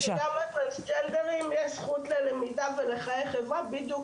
שגם לטרנסג'נדרים יש זכות ללמידה ולחיי חברה בדיוק